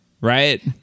Right